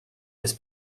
this